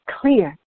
clear